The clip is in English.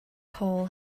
coal